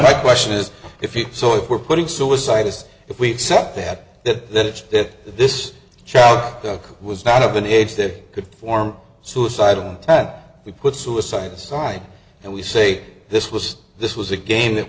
my question is if you so if we're putting suicide as if we accept that that this child was not of an age that could form suicidal that we put suicide aside and we say this was this was a game that